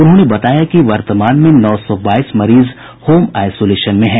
उन्होंने बताया कि वर्तमान में नौ सौ बाईस मरीज होम आईसोलेशन में हैं